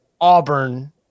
Auburn